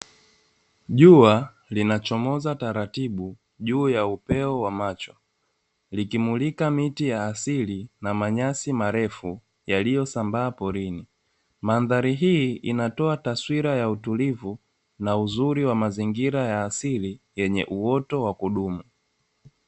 Jua linachomoza taratibu juu ya upeo wa macho likimulika miti ya asili na manyasi marefu yaliyosambaa porini. Mandhari hii inatoa taswira ya utulivu na uzuri wa mazingira ya asili yenye uoto wa kudumu.